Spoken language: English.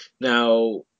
Now